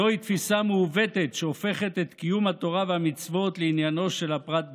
זוהי תפיסה מעוותת שהופכת את קיום התורה והמצוות לעניינו של הפרט בלבד.